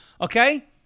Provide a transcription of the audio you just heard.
okay